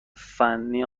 فنی